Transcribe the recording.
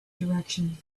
direction